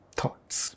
thoughts